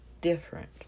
different